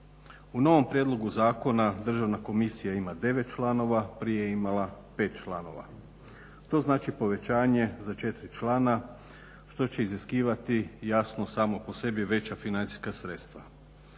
U novom prijedlogu zakona Državna komisija ima 9 članova, prije je imala 5 članova. To znači povećanje za 4 člana što će iziskivati jasno samo po sebi veća financijska sredstva.